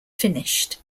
finished